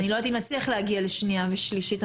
אני לא יודעת אם נצליח להגיע לשנייה ושלישית.